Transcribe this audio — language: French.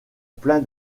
plein